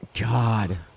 God